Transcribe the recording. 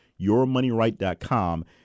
yourmoneyright.com